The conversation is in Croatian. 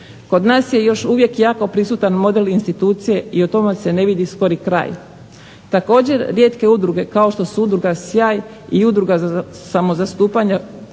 Kod nas je još uvijek jako prisutan model institucije i tome se ne vidi skori kraj. Također, rijetke udruge kao što su udruga "Sjaj" i udruga samozastupanja